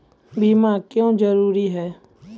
बीमा क्यों जरूरी हैं?